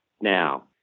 now